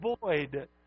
void